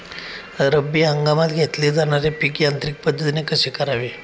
रब्बी हंगामात घेतले जाणारे पीक यांत्रिक पद्धतीने कसे करावे?